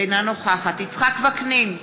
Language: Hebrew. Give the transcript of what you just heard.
אינה נוכחת יצחק וקנין,